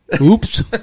Oops